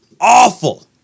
awful